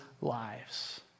lives